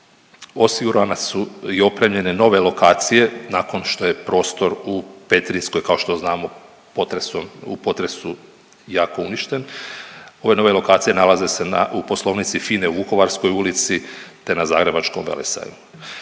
zagrebačkoj su i opremljene nove lokacije nakon što je prostor u Petrinjskoj, kao što znamo, u potresu jako uništen. Ove nove lokacije nalaze se na, u poslovnici FINA-e u Vukovarskoj ulici te na Zagrebačkom velesajmu.